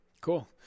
Cool